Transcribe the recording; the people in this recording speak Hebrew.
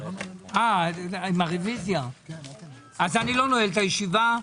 אז אני לא נועל את הישיבה.